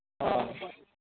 ᱦᱳᱭ